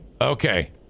Okay